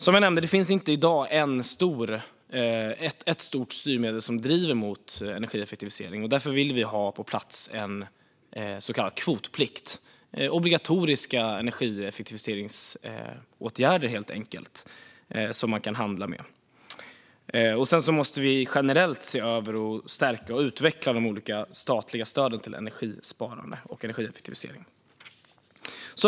Som jag nämnde finns det inte i dag ett stort styrmedel som driver mot energieffektivisering. Därför vill vi få på plats en så kallad kvotplikt, alltså obligatoriska energieffektiviseringsåtgärder som man kan handla med. Vi måste också se över, stärka och utveckla de olika statliga stöden till energisparande och energieffektivisering.